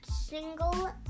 single